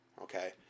Okay